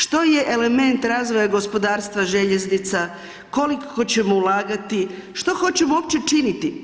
Što je element razvoja gospodarstva željeznica, koliko ćemo ulagati, što hoćemo uopće činiti?